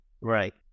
right